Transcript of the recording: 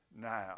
now